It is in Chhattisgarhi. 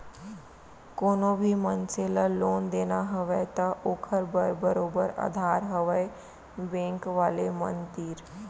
कोनो भी मनसे ल लोन देना हवय त ओखर बर बरोबर अधार हवय बेंक वाले मन तीर